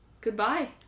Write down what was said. goodbye